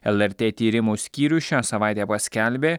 lrt tyrimų skyrius šią savaitę paskelbė